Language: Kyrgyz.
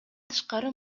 тышкары